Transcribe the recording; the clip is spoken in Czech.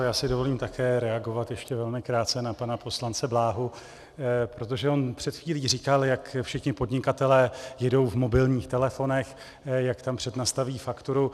Já si dovolím také reagovat ještě velmi krátce na pana poslance Bláhu, protože on před chvílí říkal, jak všichni podnikatelé jedou v mobilních telefonech, jak si tam přednastaví fakturu.